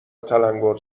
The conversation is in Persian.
تلنگور